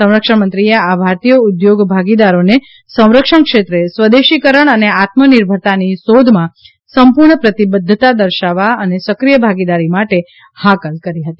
સંરક્ષણમંત્રીએ ભારતીય ઉદ્યોગ ભાગીદારોને સંરક્ષણ ક્ષેત્રે સ્વદેશીકરણ અને આત્મનિર્ભરતાની શોધમાં સંપૂર્ણ પ્રતિબદ્ધતા દર્શાવવા અને સક્રિય ભાગીદારી માટે હાકલ કરી હતી